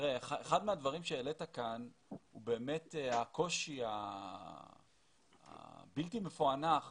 הדברים שהעלית כאן הוא באמת הקושי הבלתי מפוענח